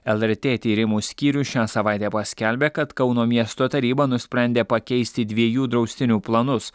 lrt tyrimų skyrius šią savaitę paskelbė kad kauno miesto taryba nusprendė pakeisti dviejų draustinių planus